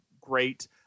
great